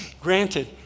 granted